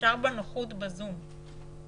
אפשר בנוחות בזום.